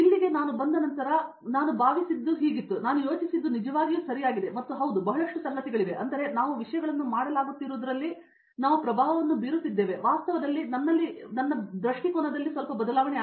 ಇಲ್ಲಿ ಬಂದ ನಂತರ ನಾನು ಭಾವಿಸಿದದ್ದು ಹೀಗಿತ್ತು ನಾನು ಯೋಚಿಸಿದದ್ದು ನಿಜವಾಗಿ ಸರಿಯಾಗಿದೆ ಮತ್ತು ಹೌದು ಬಹಳಷ್ಟು ಸಂಗತಿಗಳಿವೆ ಅಂದರೆ ನಾವು ವಿಷಯಗಳನ್ನು ಮಾಡಲಾಗುತ್ತಿರುವುದರಲ್ಲಿ ನಾವು ಪ್ರಭಾವವನ್ನು ಬೀರುತ್ತಿದ್ದೇವೆ ಮತ್ತು ವಾಸ್ತವವಾಗಿ ನನ್ನಲ್ಲಿ ಏನು ಬದಲಾಗಿದೆ ದೃಷ್ಟಿಕೋನದಿಂದ